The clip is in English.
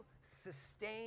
sustain